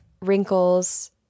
wrinkles